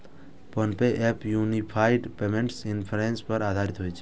PhonePe app unified payments interface पर आधारित होइ छै